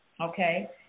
okay